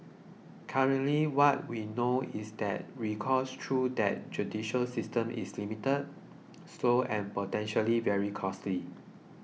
currently what we know is that recourse through that judicial system is limited slow and potentially very costly